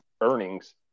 earnings